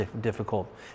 difficult